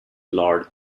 lords